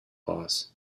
loss